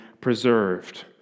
preserved